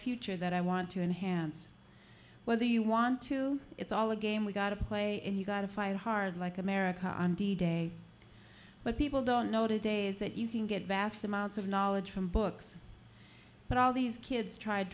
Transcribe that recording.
future that i want to enhance whether you want to it's all a game we've got to play and you gotta fight hard like america on d day but people don't know today is that you can get vast amounts of knowledge from books but all these kids tr